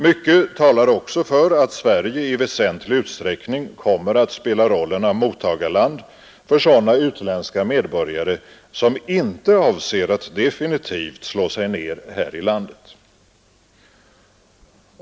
Mycket talär också för att Sverige i väsentlig utsträckning kommer att spela rollen av mottagarland för sådana utländska medborgare som inte avser att definitivt slå sig ned här i landet.